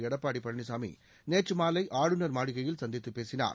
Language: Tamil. எடப்பாடிபழனிசாமிநேற்றுமாலைஆளுநர் மாளிகையில் சந்தித்துபேசினார்